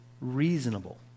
reasonable